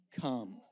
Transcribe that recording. Come